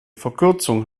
verkürzung